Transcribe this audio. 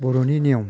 बर'नि नियम